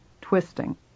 twisting